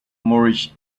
moorish